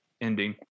Ending